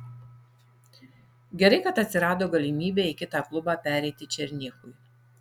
gerai kad atsirado galimybė į kitą klubą pereiti černychui